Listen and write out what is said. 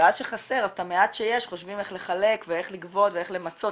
ואז שחסר אז את המעט שיש חושבים איך לחלק ואיך לגבות ואיך למצות,